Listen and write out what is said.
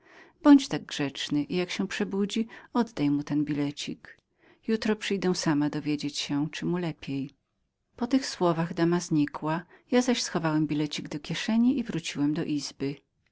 bądź tak grzecznym i jak się przebudzi oddaj mu ten bilecik jutro przyjdę sama dowiedzieć się czy mu lepiej przy tych słowach dama znikła ja zaś schowałem bilecik do kieszeni i wróciłem do izby